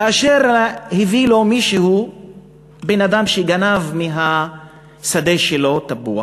כאשר הביא לו מישהו בן-אדם שגנב מהשדה שלו תפוח